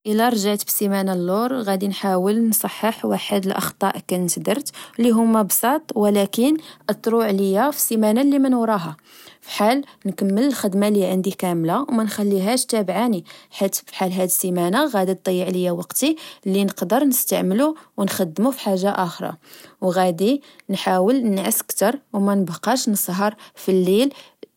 إلا رجعت بسمانة الور، غدي نحاول نصحح واحد الأخطاء كنت درت، لهما بساط ولكين أترو عليا في السمانة لمن وراها، فحال نكمل الخدمة لعندي كاملة أومنخليهاش تابعاني، حيت فحال هاد السمانة غدي ضيع ليا وقتي لنقدر نستعملو أونخدمو في حاجة أخرى. أوغدي نحاول نعس كتر أو منبقاش نسهر في اليل